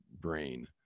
brain